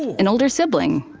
an older sibling,